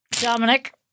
Dominic